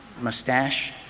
mustache